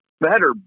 better